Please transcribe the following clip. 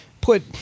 put